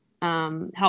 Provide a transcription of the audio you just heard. Help